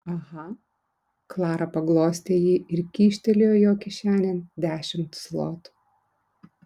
aha klara paglostė jį ir kyštelėjo jo kišenėn dešimt zlotų